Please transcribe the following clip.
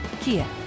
Kia